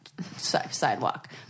sidewalk